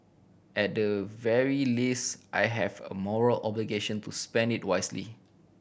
at the very least I have a moral obligation to spend it wisely